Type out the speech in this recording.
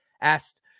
asked